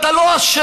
אתה לא אשם,